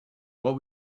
what